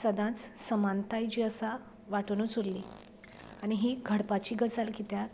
सदांच समानताय जी आसा वाटुनूच उरली आनी ही घडपाची गजाल कित्याक